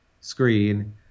screen